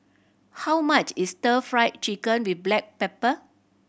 how much is Stir Fry Chicken with black pepper